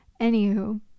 Anywho